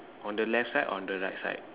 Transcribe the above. on the left side on the right side